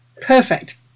Perfect